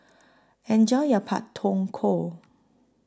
Enjoy your Pak Thong Ko